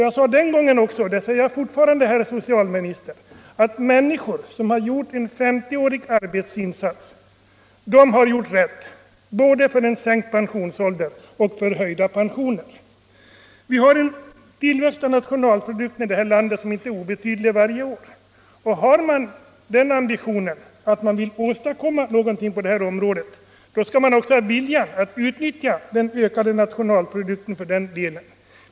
Jag sade också då — och det vidhåller jag fortfarande, herr socialminister — att människor som gjort en 50-årig arbetsinsats har rätt både till en sänkt pensionsålder och höjda pensioner. Vi har i vårt land en icke obetydlig årlig tillväxt av nationalprodukten. Har man ambitionen att åstadkomma något på detta område, skall man också ha viljan att utnyttja den ökade nationalprodukten för det ändamålet.